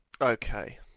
Okay